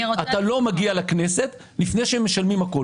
אתה לא מגיע לכנסת לפני שהם משלמים הכול.